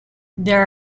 there